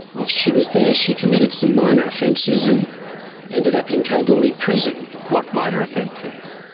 whilst she was there she committed some minor offences and ended up in kalgoorlie prison. what minor offences?